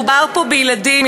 מדובר פה בילדים.